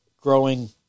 growing